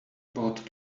bought